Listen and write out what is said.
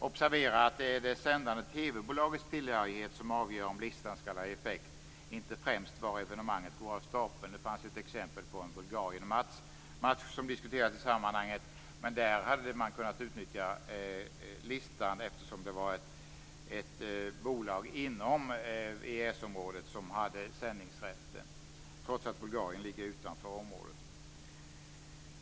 Observera att det är det sändande TV-bolagets tillhörighet som avgör om listan skall ha effekt, inte främst var evenemanget går av stapeln. Det fanns ett exempel på en match i Bulgarien. Där hade det gått att utnyttja listan. Det var ett bolag inom EES-området som hade sändningsrätten, trots att Bulgarien ligger utanför området.